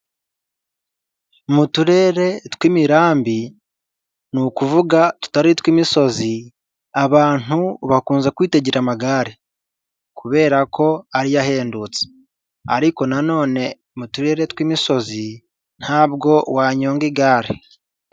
Mu turere tw'imirambi ni ukuvuga tutari utw'imisozi, abantu bakunze kwitegera amagare kubera ko ariyo ahendutse ariko nanone mu turere tw'imisozi ntabwo wanyonga igare.